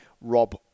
Rob